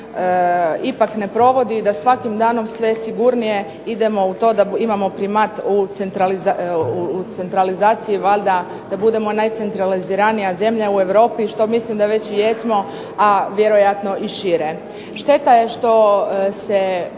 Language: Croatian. ipak ne provodi i da svakim danom sve sigurnije idemo u to da imamo primat u centralizaciji valjda da budemo najcentraliziranija zemlja u Europi što mislim da već i jesmo, a vjerojatno i šire. Šteta je što se,